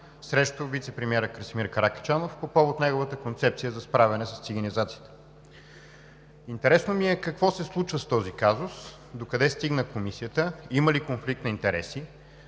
срещу вицепремиера Красимир Каракачанов по повод неговата концепция за справяне с циганизацията. Интересно ми е какво се случва с този казус, докъде стигна Комисията, има ли конфликт на интереси,